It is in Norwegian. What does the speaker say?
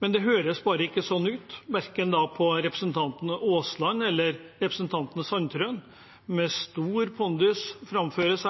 Det høres bare ikke sånn ut verken på representanten Aasland eller representanten Sandtrøen. Med stor pondus framføres